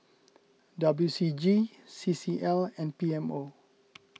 W C G C C L and P M O